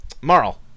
Marl